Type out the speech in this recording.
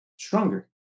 stronger